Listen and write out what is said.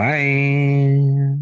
Bye